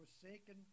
forsaken